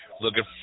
Looking